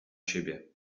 siebie